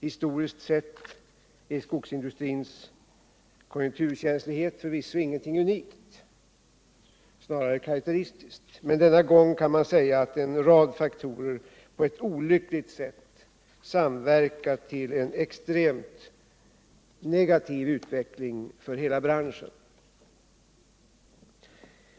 Historiskt sett är skogsindustrins konjunkturkänslighet förvisso inte någonting unikt, snarare karakteristiskt, men denna gång kan man säga att en rad faktorer på ett olyckligt sätt samverkat till en extremt negativ utveckling för hela branschen.